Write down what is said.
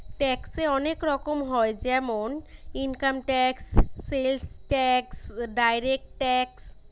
ট্যাক্সে অনেক রকম হয় যেমন income tax, sales tax, direct tax